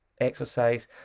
Exercise